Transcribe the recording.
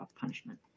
punishment